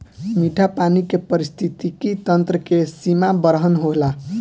मीठा पानी के पारिस्थितिकी तंत्र के सीमा बरहन होला